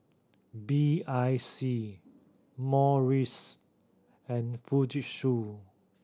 B I C Morries and Fujitsu